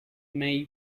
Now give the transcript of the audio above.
may